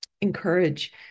encourage